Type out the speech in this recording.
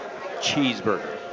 cheeseburger